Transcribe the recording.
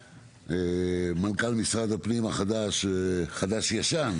מנכ"ל משרד הפנים החדש חדש-ישן,